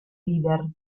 leader